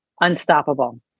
Unstoppable